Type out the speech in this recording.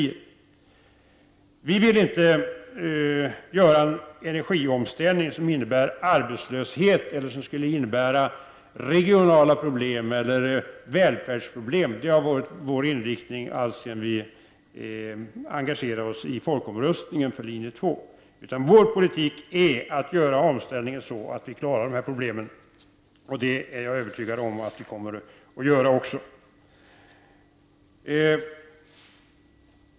Socialdemokraterna vill inte genomföra en energiomställning som innebär arbetslöshet, regionala problem eller välfärdsproblem. Det har varit vår inriktning alltsedan vi engagerade oss i folkomröstningen för linje 2. Vår politik innebär att omställningen skall göras på ett sådant sätt att vi klarar dessa problem, och det är jag övertygad om att vi också kommer att göra.